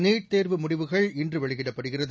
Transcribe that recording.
NEET தேர்வு முடிவுகள் இன்று வெளியிடப்படுகிறது